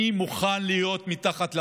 אני מוכן להיות מתחת לאלונקה.